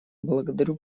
благодарю